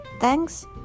thanks